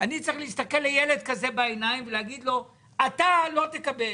אני צריך להסתכל לילד כזה בעיניים ולומר לו שהוא לא יקבל,